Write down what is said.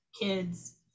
kids